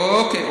אוקיי.